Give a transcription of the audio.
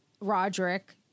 Roderick